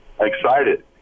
excited